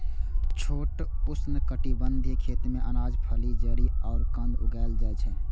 छोट उष्णकटिबंधीय खेत मे अनाज, फली, जड़ि आ कंद उगाएल जाइ छै